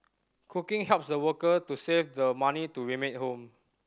cooking helps the worker to save the money to remit home